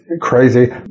crazy